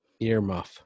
Earmuff